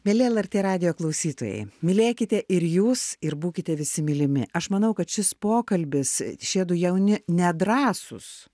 mieli lrt radijo klausytojai mylėkite ir jūs ir būkite visi mylimi aš manau kad šis pokalbis šie du jauni nedrąsūs